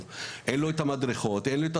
כדי להגיע מהכניסה הראשית אז זה מעמיד אותו בסיכון,